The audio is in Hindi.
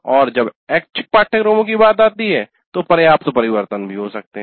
और जब ऐच्छिक पाठ्यक्रमों की बात आती है तो पर्याप्त परिवर्तन भी हो सकते हैं